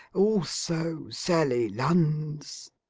also sally lunns